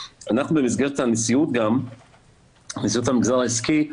אנחנו במסגרת נשיאות המגזר העסקי,